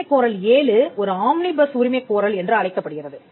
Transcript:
உரிமைக்கோரல் 7 ஒரு ஆம்னிபஸ் உரிமைக் கோரல் என்று அழைக்கப்படுகிறது